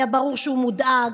היה ברור שהוא מודאג,